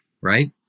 right